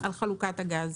על חלוקת הגז.